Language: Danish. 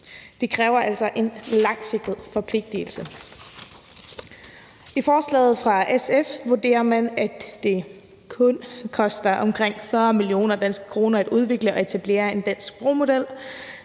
Det kræver altså en langsigtet forpligtigelse. I forslaget fra SF vurderer man, at det kun koster omkring 40 mio. kr. at udvikle og etablere en dansk sprogmodel.